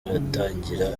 iratangira